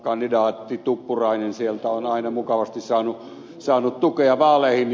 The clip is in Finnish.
kandidaatti tuppurainen sieltä on aina mukavasti saanut tukea vaaleihin